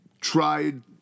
tried